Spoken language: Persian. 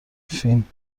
فین